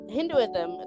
Hinduism